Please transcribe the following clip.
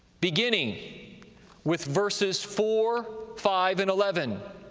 beginning with verses four, five and eleven,